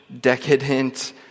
decadent